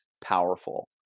powerful